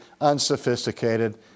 unsophisticated